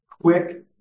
quick